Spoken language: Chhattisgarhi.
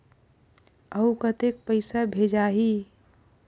अउ कतेक पइसा भेजाही?